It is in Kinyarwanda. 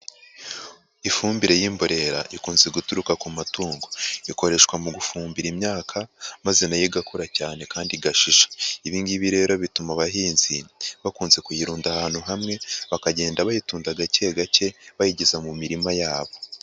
Ifumbire y'imborera ikunze guturuka ku matungo, ikoreshwa mu gufumbira imyaka, maze nayo igakura cyane kandi igashisha, ibi ngibi rero bituma abahinzi bakunze kuyirunda ahantu hamwe, bakagenda bayitunda gake gake bayigeza mu mirima yabo.